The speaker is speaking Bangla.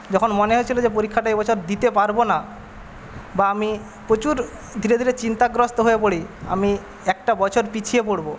যখন মনে হয়েছিল যে পরীক্ষাটা এবছর দিতে পারব না বা আমি প্রচুর ধীরে ধীরে চিন্তাগ্রস্ত হয়ে পড়ি আমি একটা বছর পিছিয়ে পরবো